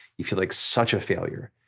you feel like such a failure.